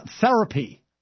therapy